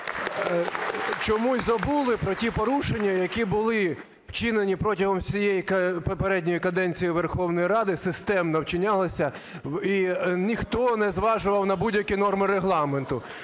…чомусь забули про ті порушення, які були вчинені протягом всієї попередньої каденції Верховної Ради, системно вчинялися, і ніхто не зважував на будь-які норми Регламенту.